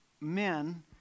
men